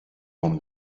one